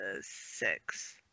Six